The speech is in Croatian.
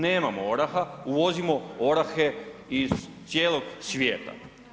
Nemamo oraha, uvozimo orahe iz cijelog svijeta.